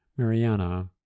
mariana